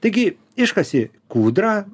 taigi iškasė kūdrą